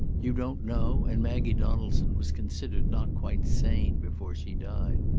you don't know, and maggie donaldson was considered not quite sane before she died.